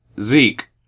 Zeke